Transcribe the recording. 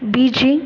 Beijing